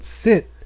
sit